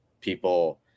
people